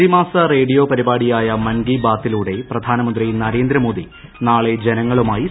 പ്രതിമാസ റേഡിയോ പരിപാടിയായ മൻ കി ബാത്തിലൂടെ പ്രധാനമന്ത്രി നരേന്ദ്രമോദി നാളെ ജനങ്ങളുമായി സംവദിക്കും